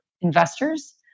investors